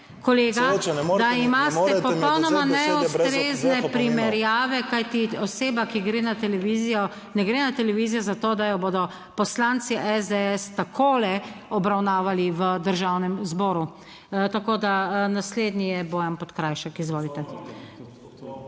kolega, da imate popolnoma neustrezne primerjave, kajti oseba, ki gre na televizijo, ne gre na televizijo za to, da jo bodo poslanci SDS takole obravnavali v Državnem zboru. Tako da naslednji je Bojan Podkrajšek. Izvolite.